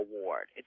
award